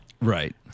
right